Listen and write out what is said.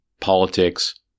politics